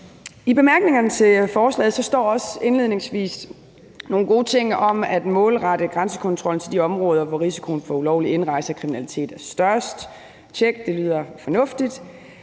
I bemærkningerne til forslaget står også indledningsvis nogle gode ting om at målrette grænsekontrollen til de områder, hvor risikoen for ulovlig indrejse og kriminalitet er størst. Tjek – det lyder fornuftigt.